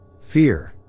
fear